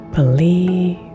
Believe